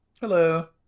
Hello